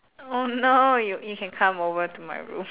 oh no you you can come over to my room